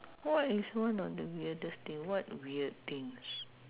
what is one of the weirdest thing what weird things